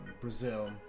Brazil